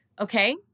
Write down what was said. okay